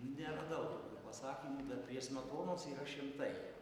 neradau tokių pasakymų bet prie smetonos yra šimtai